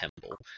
temple